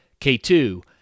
K2